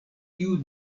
tiu